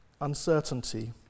uncertainty